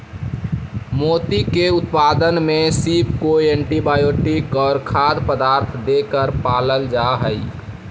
मोती के उत्पादन में सीप को एंटीबायोटिक और खाद्य पदार्थ देकर पालल जा हई